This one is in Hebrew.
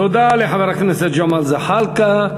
תודה לחבר הכנסת ג'מאל זחאלקה.